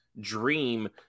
dream